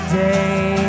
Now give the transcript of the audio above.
day